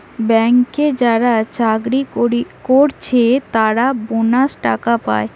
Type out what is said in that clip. ব্যাংকে যারা চাকরি কোরছে তারা বোনাস টাকা পায়